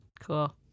cool